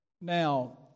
Now